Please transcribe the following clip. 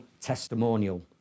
testimonial